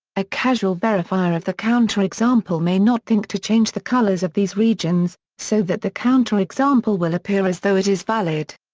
a casual verifier of the counterexample may not think to change the colors of these regions, so that the counterexample will appear as though it is valid.